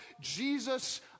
Jesus